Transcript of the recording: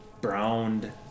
browned